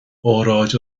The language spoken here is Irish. óráid